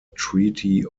treaty